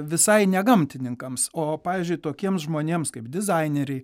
visai ne gamtininkams o pavyzdžiui tokiems žmonėms kaip dizaineriai